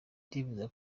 ndifuza